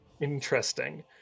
Interesting